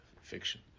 fiction